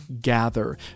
gather